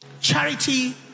Charity